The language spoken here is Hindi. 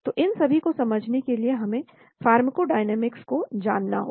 तो इन सभी को समझने के लिए हमें फार्माकोडायनामिक्स को जानना होगा